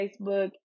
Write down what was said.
Facebook